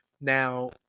Now